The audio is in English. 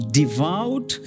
devout